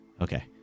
Okay